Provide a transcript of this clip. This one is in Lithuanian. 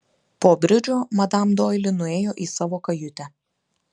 po bridžo madam doili nuėjo į savo kajutę